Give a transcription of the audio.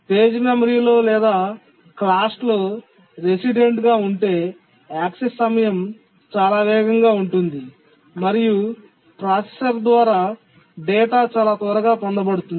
page మెమరీలో లేదా కాష్లో రెసిడెంట్ గా ఉంటే యాక్సెస్ సమయం చాలా వేగంగా ఉంటుంది మరియు ప్రాసెసర్ ద్వారా డేటా చాలా త్వరగా పొందబడుతుంది